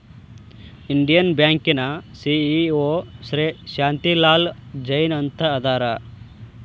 Indian ಬ್ಯಾಂಕಿನ CEO Shri Shanti Lal Jain ಅಂತ ಅದಾರ